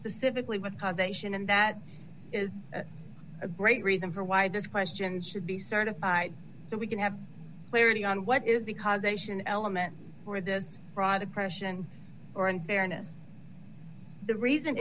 specifically with causation and that is a great reason for why this question should be certified so we can have clarity on what is the cause ation element for this product question or unfairness the reason